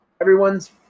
Everyone's